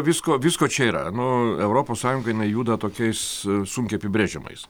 visko visko čia yra nu europos sąjunga jinai juda tokiais sunkiai apibrėžiamais